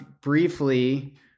briefly